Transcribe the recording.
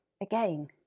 Again